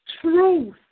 truth